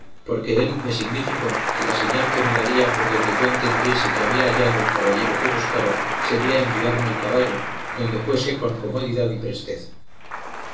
porque él me significó que la señal que me daría por donde yo entendiese que había hallado el caballero que buscaba sería enviarme el caballo donde fuese con comodidad y presteza